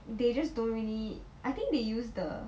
they just don't really I think they use the